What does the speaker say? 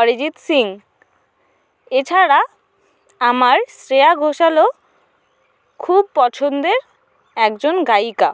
অরিজিৎ সিং এছাড়া আমার শ্রেয়া ঘোষালও খুব পছন্দের একজন গায়িকা